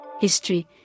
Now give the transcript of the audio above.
history